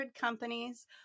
companies